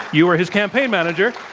you were his campaign manager.